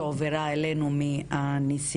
שהועברה אלינו מהנשיאות.